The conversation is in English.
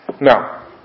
Now